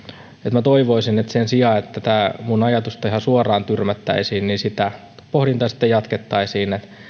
minä toivoisin että sen sijaan että tämä minun ajatukseni ihan suoraan tyrmättäisiin sitä pohdintaa sitten jatkettaisiin